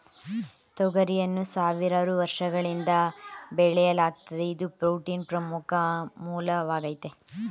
ತೊಗರಿಯನ್ನು ಸಾವಿರಾರು ವರ್ಷಗಳಿಂದ ಬೆಳೆಯಲಾಗ್ತಿದೆ ಇದು ಪ್ರೋಟೀನ್ನ ಪ್ರಮುಖ ಮೂಲವಾಗಾಯ್ತೆ